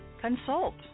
Consult